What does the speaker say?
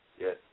Yes